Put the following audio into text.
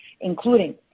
including